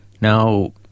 Now